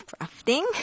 crafting